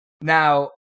Now